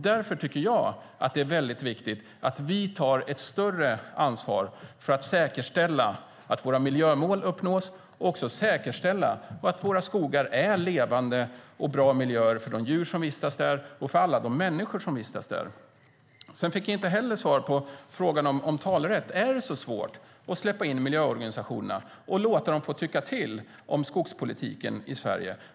Därför tycker jag att det är mycket viktigt att vi tar ett större ansvar för att säkerställa att våra miljömål uppnås och att våra skogar är levande och bra miljöer för de djur som vistas där och för alla de människor som vistas där. Jag fick inte heller svar på frågan om talerätt. Är det så svårt att släppa in miljöorganisationerna och låta dem få tycka till om skogspolitiken i Sverige?